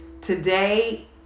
Today